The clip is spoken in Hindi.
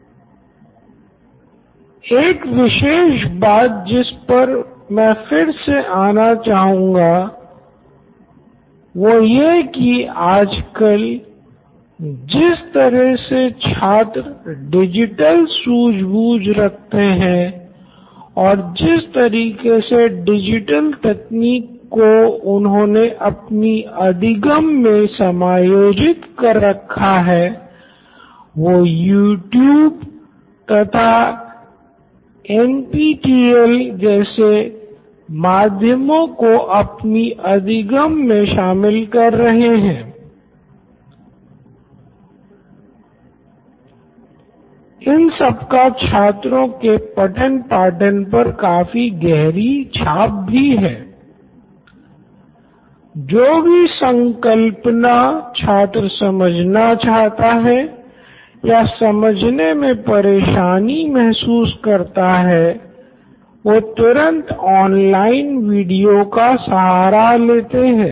Nitin Kurien COO Knoin electronics एक विशेष बात जिस पर मैं फिर से आना चाहूँगा वो यह की आजकल जिस तरह से छात्र डिजिटल सूझ बूझ रखते हैं और जिस तरह से डिजिटल तकनीक को उन्होने अपनी अधिगम छात्र समझना चाहता है या समझने मे परेशानी महसूस करता है वो तुरंत ऑनलाइन वीडियो का सहारा लेता है